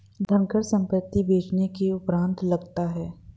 धनकर संपत्ति बेचने के उपरांत लगता है